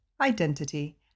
identity